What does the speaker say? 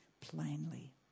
plainly